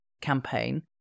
campaign